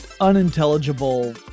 unintelligible